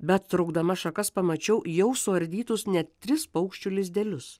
bet traukdama šakas pamačiau jau suardytus net tris paukščių lizdelius